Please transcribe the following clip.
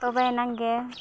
ᱛᱚᱵᱮᱭᱮᱱᱟᱝ ᱜᱮ